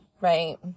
right